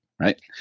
right